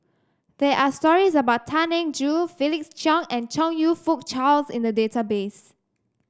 there are stories about Tan Eng Joo Felix Cheong and Chong You Fook Charles in the database